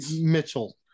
Mitchell